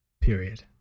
Period